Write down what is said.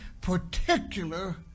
particular